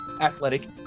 athletic